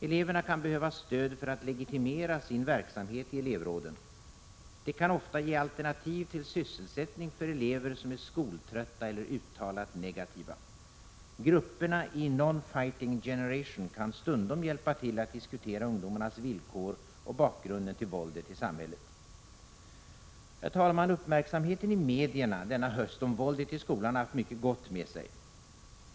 Eleverna kan behöva stöd för att legitimera sin verksamhet i elevråden. De kan ofta ge alternativ till sysselsättning för elever som är skoltrötta eller uttalat negativa. Grupperna i ”Non fighting generation” kan stundom hjälpa till att diskutera ungdomarnas villkor och bakgrunden till våldet i samhället. Herr talman! Uppmärksamheten i medierna denna höst om våldet i skolan har haft mycket gott med sig.